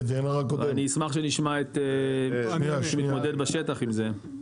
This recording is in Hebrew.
אני אשמח מי שמתמודד בשטח עם זה.